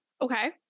Okay